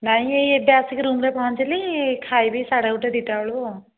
ନାଇଁ ଏଇ ଏବେ ଆସିକି ରୁମ୍ରେ ପହଁଞ୍ଚିଲି ଖାଇବି ସାଢ଼େ ଗୋଟେ ଦୁଇ'ଟା ବେଳକୁ ଆଉ